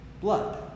blood